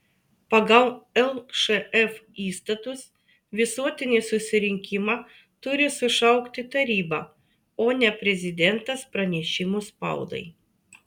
pagal lšf įstatus visuotinį susirinkimą turi sušaukti taryba o ne prezidentas pranešimu spaudai